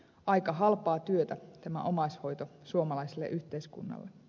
aika halpaa työtä tämä omaishoito suomalaiselle yhteiskunnalle